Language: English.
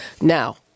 Now